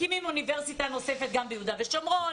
מקימים אוניברסיטה נוספת גם ביהודה ושומרון,